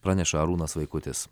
praneša arūnas vaikutis